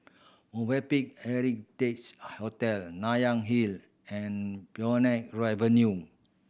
Movenpick Heritages Hotel Nanyang Hill and Phoenix Avenue